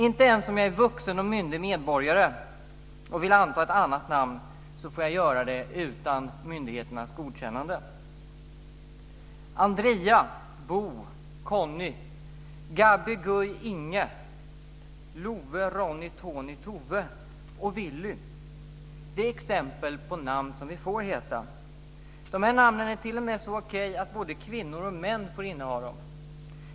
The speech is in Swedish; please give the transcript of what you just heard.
Inte ens om jag som vuxen och myndig medborgare vill anta ett annat namn så får jag göra det utan myndigheterna godkännande. Ronny, Toni, Tove och Willy är exempel på namn som vi får heta. Dessa namn är t.o.m. så okej att både kvinnor och män får inneha dem.